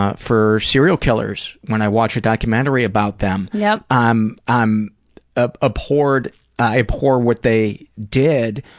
ah for serial killers when i watch a documentary about them? yeah i'm i'm ah abhorred i abhor what they did,